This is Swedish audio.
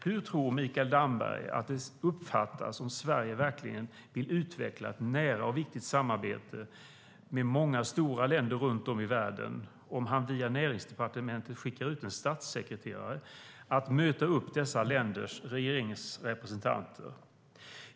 Hur tror Mikael Damberg att det uppfattas om Sverige verkligen vill utveckla ett nära och viktigt samarbete med många stora länder runt om i världen om han från Näringsdepartementet skickar en statssekreterare att möta upp dessa länders regeringsrepresentanter?